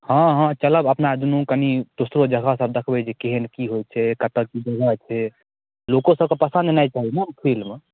हँ हँ चलब अपना दुनू कनि दोसरो जगहसब दखबै जे केहन कि होइ छै कतऽ कि घुमब फेर लोकोसबके पसन्द हेनाइ चाही ने फिलिम